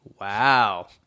wow